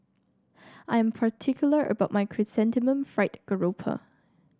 I am particular about my Chrysanthemum Fried Garoupa